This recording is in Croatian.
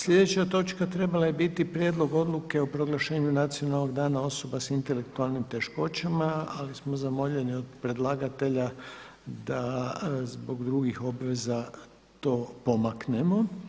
Sljedeća točka trebala je biti Prijedlog odluke o proglašenju Nacionalnog dana osoba sa intelektualnim teškoćama ali smo zamoljeni od predlagatelja da zbog drugih obveza to pomaknemo.